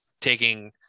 taking